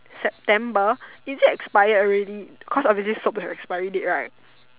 September is it expired already cause usually soap got expiry date right